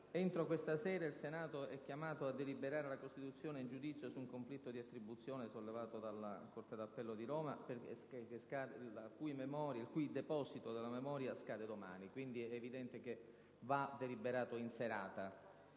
Entro stasera il Senato è chiamato a deliberare sulla costituzione in giudizio su un conflitto di attribuzione sollevato dalla corte d'appello di Roma, il cui deposito della memoria scade domani. È evidente che va deliberato in serata.